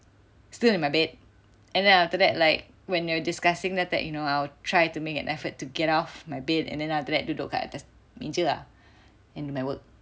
still in my bed and then after that like when they are discussing then after that you know I'll try to make an effort to get off my bed and then after that duduk dekat atas meja lah and do my work